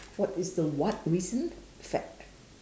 what is the what reason fact